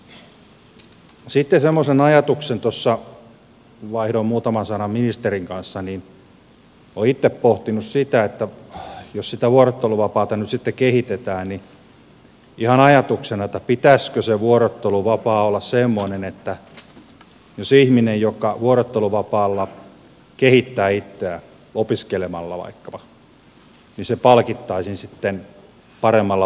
sitten semmoisesta ihan ajatuksesta tuossa vaihdoin muutaman sanan ministerin kanssa että olen itse pohtinut sitä että jos sitä vuorotteluvapaata nyt sitten kehitetään niin ihan ajatuksena pitäisikö sen vuorotteluvapaan olla semmoinen että ihminen joka vuorotteluvapaalla kehittää itseään opiskelemalla vaikkapa palkittaisiin sitten paremmalla vuorotteluvapaakorvauksella